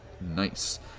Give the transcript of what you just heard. nice